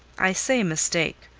i say mistake.